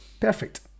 perfect